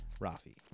Rafi